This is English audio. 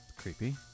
Creepy